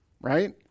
right